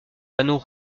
panneaux